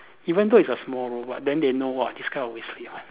even though it's a small role but then they know !wah! this guy always late one